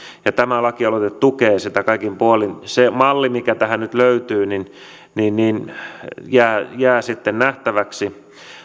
ja tämä lakialoite tukee sitä kaikin puolin se mikä malli tähän nyt löytyy jää sitten nähtäväksi